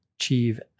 achieve